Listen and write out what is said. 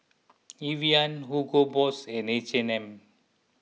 Evian Hugo Boss and H and M